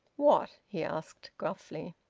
what? he asked gruffly.